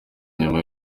nyuma